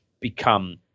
become